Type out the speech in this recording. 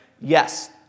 Yes